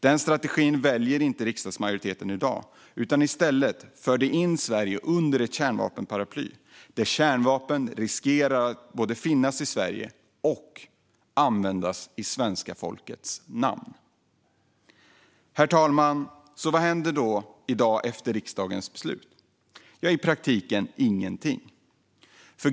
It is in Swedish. Den strategin väljer inte riksdagsmajoriteten i dag. I stället för den in Sverige under ett kärnvapenparaply där kärnvapen riskerar att både finnas i Sverige och användas i svenska folkets namn. Herr talman! Vad händer efter riksdagens beslut i dag? I praktiken ingenting.